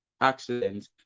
accidents